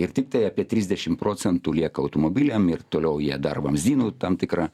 ir tiktai apie trisdešim procentų lieka automobiliam ir toliau jie dar vamzdynu tam tikrą